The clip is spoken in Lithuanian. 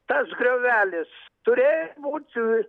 tas griovelis turėjo būt